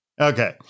Okay